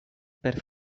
per